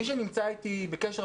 מי שנמצא איתי בקשר,